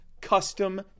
custom